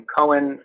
Cohen